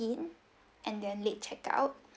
in and then late check out